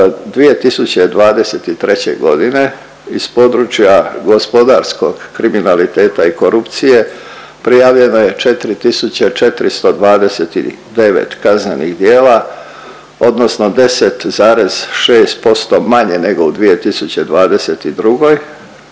2023. godine iz područja gospodarskog kriminaliteta i korupcije prijavljeno je 4.429 kaznenih djela odnosno 10,6% manje nego u 2022. također